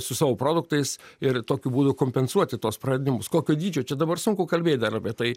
su savo produktais ir tokiu būdu kompensuoti tuos pradimus kokio dydžio čia dabar sunku kalbėt dar apie tai